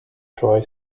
troy